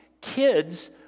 Kids